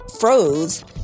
froze